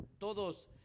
todos